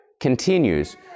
continues